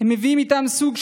משוועת